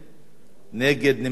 נגד, נמנעים, אין.